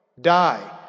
die